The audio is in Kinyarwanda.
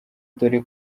dore